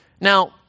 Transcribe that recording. Now